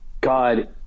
God